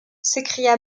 s’écria